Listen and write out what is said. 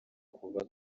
kuva